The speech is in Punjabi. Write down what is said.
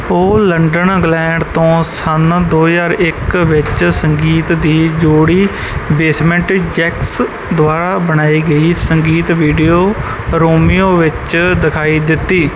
ਉਹ ਲੰਡਨ ਇੰਗਲੈਂਡ ਤੋਂ ਸੰਨ ਦੋ ਹਜ਼ਾਰ ਇੱਕ ਵਿੱਚ ਸੰਗੀਤ ਦੀ ਜੋੜੀ ਬੇਸਮੈਂਟ ਜੈਕਸ ਦੁਆਰਾ ਬਣਾਈ ਗਈ ਸੰਗੀਤ ਵੀਡੀਓ ਰੋਮੀਓ ਵਿੱਚ ਦਿਖਾਈ ਦਿੱਤੀ